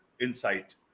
insight